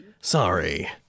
Sorry